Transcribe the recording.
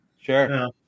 sure